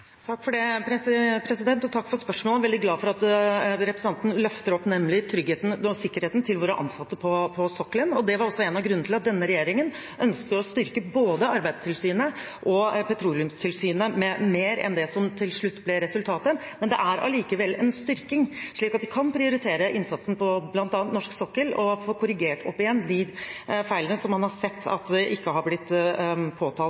Takk for spørsmålet. Jeg er veldig glad for at representanten løfter opp tryggheten og sikkerheten til våre ansatte på sokkelen. Det var også en av grunnene til at denne regjeringen ønsket å styrke både Arbeidstilsynet og Petroleumstilsynet med mer enn det som til slutt ble resultatet. Men det er allikevel en styrking, slik at vi kan prioritere innsatsen på bl.a. norsk sokkel og få korrigert de feilene som man har sett ikke har blitt påtalt,